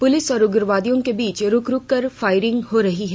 police और उग्रवादियों के बीच रूक रूक कर फायरिंग हो रही है